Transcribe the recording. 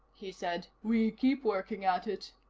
he said, we keep working at it.